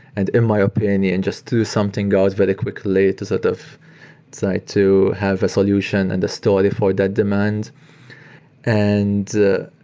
and in my opinion, just do something goes very quickly to sort of decide to have a solution and the story for that demand and